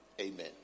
Amen